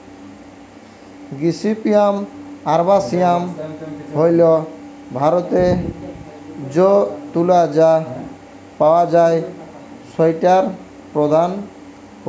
gossypium herbaceum হইল ভারতরে যৌ তুলা টা পাওয়া যায় সৌটার প্রধান প্রজাতি